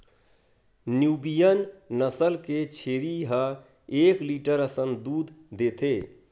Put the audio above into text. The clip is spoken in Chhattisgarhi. न्यूबियन नसल के छेरी ह एक लीटर असन दूद देथे